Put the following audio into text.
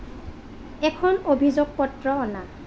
এখন অভিযোগ পত্র আনা